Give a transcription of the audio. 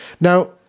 Now